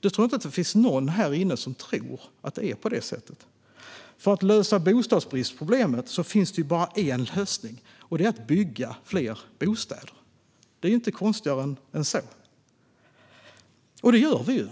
Jag tror inte att det finns någon härinne som tror att det är på det sättet. Det finns bara en lösning för att lösa bostadsbristproblemet. Det är att bygga fler bostäder. Det är inte konstigare än så. Det gör vi